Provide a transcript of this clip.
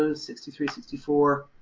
so sixty three, sixty four.